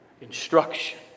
instruction